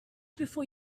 before